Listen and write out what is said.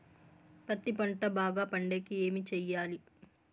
పత్తి పంట బాగా పండే కి ఏమి చెయ్యాలి?